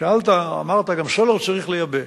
שאלת, אמרת, שגם סולר צריך לייבא,